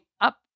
up